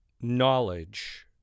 knowledge